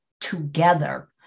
together